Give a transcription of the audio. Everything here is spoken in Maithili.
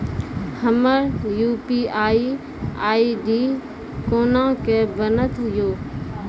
हमर यु.पी.आई आई.डी कोना के बनत यो?